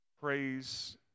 praise